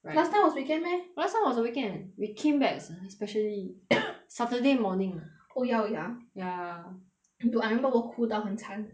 last time was weekend meh last time was the weekend we came back sp~ specially saturday morning oh ya we are ya dude I remember 我哭到很惨